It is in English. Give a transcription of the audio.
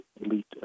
elite